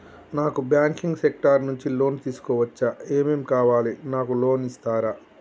నాకు banking sector నుంచి loan తీసుకోవచ్చా? ఏమేం కావాలి? నాకు లోన్ ఇస్తారా?